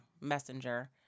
Messenger